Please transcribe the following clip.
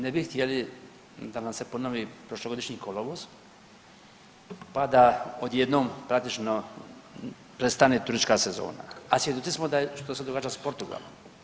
Ne bi htjeli da nam se ponovi prošlogodišnji kolovoz pa da odjednom praktično prestane turistička sezona, a svjesni smo što se događa Portugalom.